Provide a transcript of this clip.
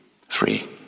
Free